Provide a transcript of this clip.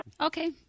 Okay